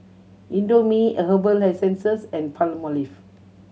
Indomie a Herbal Essences and Palmolive